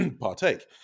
partake